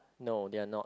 no they are not